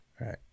Right